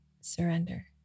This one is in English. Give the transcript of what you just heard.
surrender